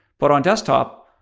but on desktop,